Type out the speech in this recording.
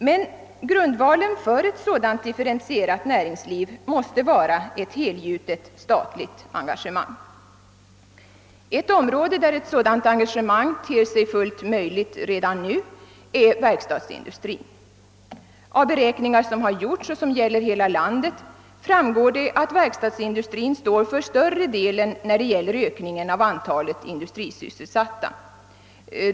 Men grundvalen för ett sådant differentierat näringsliv måste vara ett helgjutet statligt engagemang. Ett område där ett sådant engagemang ter sig fullt möjligt redan nu är verkstadsindustrin. Av beräkningar som gjorts och som gäller hela landet framgår, att verkstadsindustrin står för större delen av ökningen av antalet industrisysselsatta.